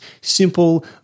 simple